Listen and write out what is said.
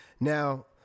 Now